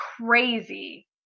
crazy